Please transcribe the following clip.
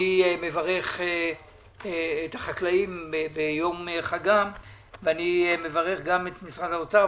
אני מברך את החקלאים ביום חגם ומברך גם את משרד האוצר,